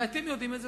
מעטים יודעים את זה,